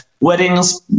Weddings